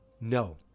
no